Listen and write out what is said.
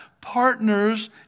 partners